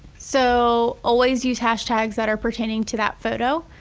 so always use hashtags that are pertaining to that photo.